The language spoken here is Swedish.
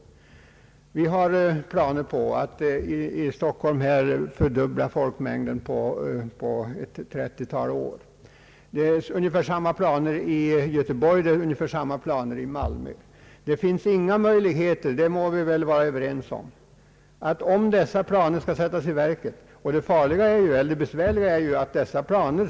Det finns planer på att fördubbla folkmängden i Stockholm på 30 år, och liknade planer finns för Göteborg och Malmö.